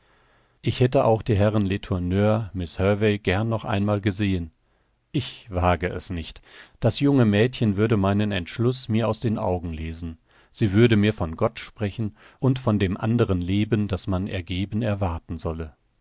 ich hätte auch die herren letourneur miß hervey gern noch einmal gesehen ich wage es nicht das junge mädchen würde meinen entschluß mir aus den augen lesen sie würde mir von gott sprechen und von dem anderen leben das man ergeben erwarten solle